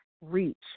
reach